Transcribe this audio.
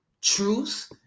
truth